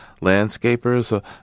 landscapers